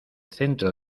centro